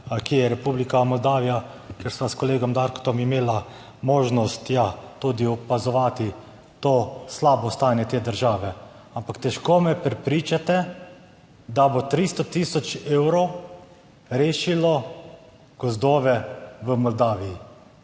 kje je Republika Moldavija, kjer sva s kolegom Darkom imela možnost, ja, tudi opazovati to slabo stanje te države. Ampak težko me prepričate, da bo 300 tisoč evrov rešilo gozdove v Moldaviji.